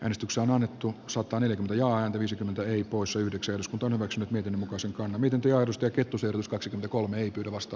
äänestykseen annettu sopanen ja häntä viisikymmentä ei poissa yhdeksän seutuna myös miten muka silkkaa miten työllistää kettusen kaksi kolme eikä vasta